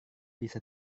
bisa